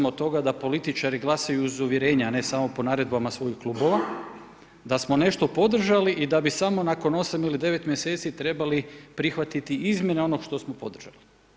od toga da političari glasuju uz uvjerenja, a ne samo po naredbama svojih klubova, da smo nešto podržali da bi samo nakon 8 ili 9 mjeseci trebali prihvatiti izmjene onoga što smo podržali.